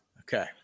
Okay